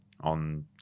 on